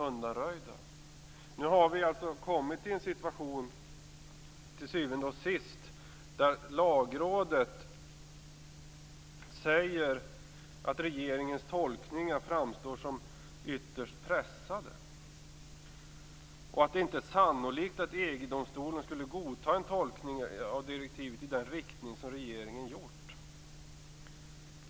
Vi har nu till syvende och sist kommit i en situation där Lagrådet säger att regeringens tolkningar framstår som ytterst pressade och att det inte är sannolikt att EG-domstolen skulle godta en tolkning av direktivet i den riktning som regeringen valt.